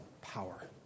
power